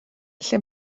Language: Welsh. lle